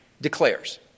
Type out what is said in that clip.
declares